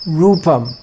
rupam